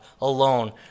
alone